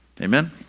Amen